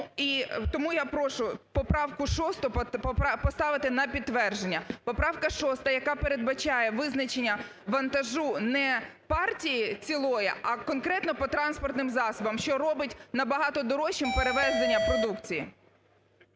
Тому я прошу поправку 6-а поставити на підтвердження. Поправка 6-а, яка передбачає визначення вантажу не партії цілої, а конкретно по транспортним засобам, що робить набагато дорожчим перевезення продукції.